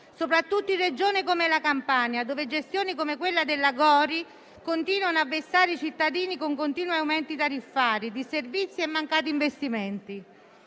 soprattutto in Regioni come la Campania, dove gestioni come quella della GORI continuano a vessare i cittadini con continui aumenti tariffari, disservizi e mancati investimenti.